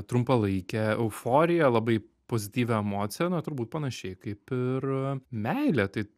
trumpalaikę euforiją labai pozityvią emociją na turbūt panašiai kaip ir meilė tai